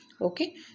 Okay